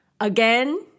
again